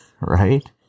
right